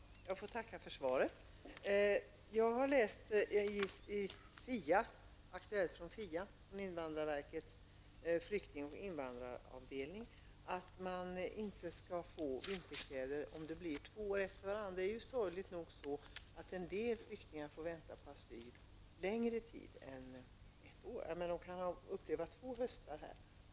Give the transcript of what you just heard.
Fru talman! Jag får tacka för svaret. Jag har fått uppgifter från invandrarverkets flykting och invandraravdelning om att flyktingar inte skall kunna få vinterkläder två år i följd. Det är ju sorgligt nog så att en del flyktingar får vänta på asyl längre tid än ett år. De kan få uppleva två höstar här.